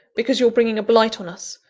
because you're bringing a blight on us,